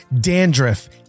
dandruff